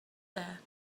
there